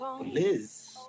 Liz